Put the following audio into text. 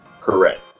correct